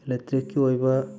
ꯑꯦꯂꯦꯛꯇ꯭ꯔꯤꯛꯀꯤ ꯑꯣꯏꯕ